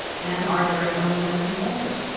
and our very own, justin wolfers.